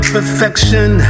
perfection